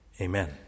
Amen